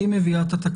כי היא מביאה את תקנות,